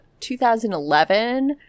2011